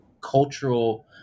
cultural